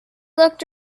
looked